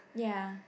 ya